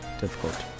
difficult